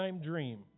dream